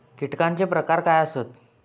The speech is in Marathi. कीटकांचे प्रकार काय आसत?